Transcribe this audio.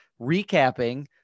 recapping